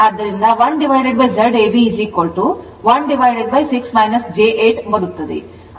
ಆದ್ದರಿಂದ 1Z ab 16 j 8 ಬರುತ್ತದೆ